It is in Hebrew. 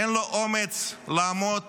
אין לו אומץ לעמוד